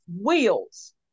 wheels